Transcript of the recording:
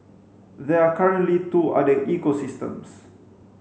there are currently two other ecosystems